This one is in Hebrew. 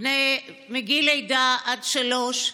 מגיל לידה עד גיל שלוש.